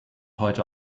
heute